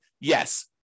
yes